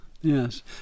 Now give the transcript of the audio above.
Yes